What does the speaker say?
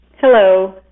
Hello